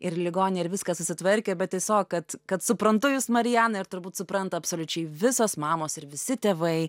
ir į ligonį ir viskas susitvarkė bet tiesiog kad kad suprantu jus mariana ir turbūt supranta absoliučiai visos mamos ir visi tėvai